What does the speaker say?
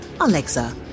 Alexa